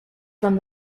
from